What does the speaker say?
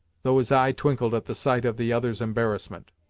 though his eye twinkled at the sight of the other's embarrassment.